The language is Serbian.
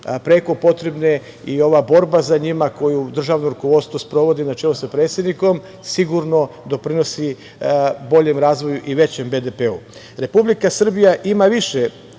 prekopotrebne i ova borba za njima koju državno rukovodstvo sprovodi, na čelu sa predsednikom, sigurno doprinosi boljem razvoju i većem BDP-u. Republika Srbija ima više